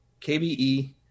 KBE